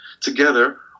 together